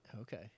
Okay